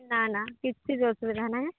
ନା ନା କିଛି ବି ଅସୁବିଧା ନାହିଁ